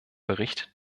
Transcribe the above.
bericht